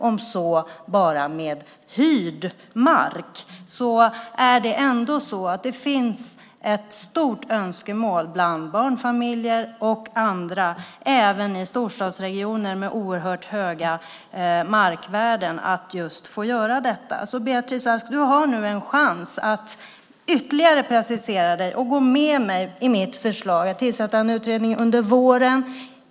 Om så bara på hyrd mark finns det ändå ett stort önskemål bland barnfamiljer och andra även i storstadsregioner med oerhört höga markvärden att just få göra detta. Beatrice Ask! Du har nu en chans att ytterligare precisera dig och gå med mig i mitt förslag att tillsätta en utredning under våren.